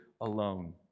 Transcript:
alone